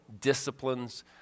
disciplines